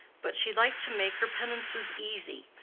but she liked to make her penances easy,